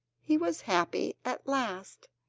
he was happy at last,